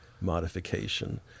modification